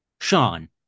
Sean